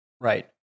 Right